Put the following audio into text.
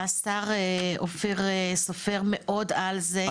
השר אופיר סופר מאוד על זה.